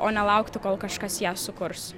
o nelaukti kol kažkas ją sukurs